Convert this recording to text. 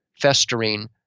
festering